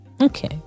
Okay